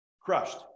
crushed